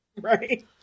Right